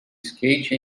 skate